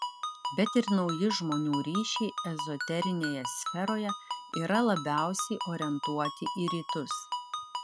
bet ir nauji žmonių ryšiai ezoterinėje sferoje yra labiausiai orientuoti į rytus